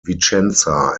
vicenza